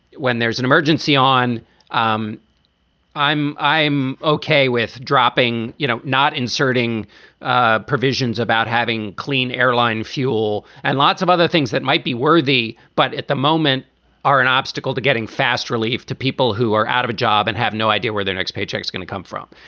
when there's an emergency on um i'm i'm okay with dropping, you know, not inserting ah provisions of. having clean airline fuel and lots of other things that might be worthy, but at the moment are an obstacle to getting fast relief to people who are out of a job and have no idea where their next paycheck is going to come from.